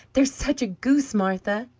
there's such a goose, martha!